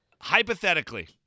hypothetically